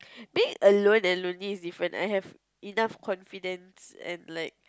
being alone and lonely is different I have enough confidence and like